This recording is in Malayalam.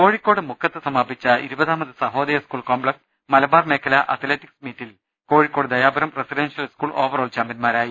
കോഴിക്കോട് മുക്കത്ത് സമാപിച്ച ഇരുപതാമത് സഹോദയ സ്കൂൾ കോംപ്ലക്സ് മലബാർ മേഖലാ അത്ലറ്റിക്സ് മീറ്റിൽ Kozhikode Dayapuram residential school overall ചാമ്പ്യൻമാരായി